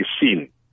seen